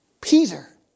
Peter